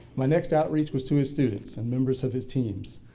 my next outreach was to his students and members of his teams.